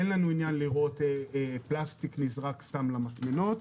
אין לנו עניין לראות פלסטיק שנזרק סתם למטמנות.